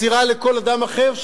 מסירה לכל אדם אחר,